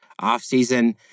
offseason